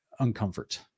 uncomfort